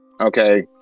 Okay